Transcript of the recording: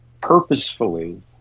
purposefully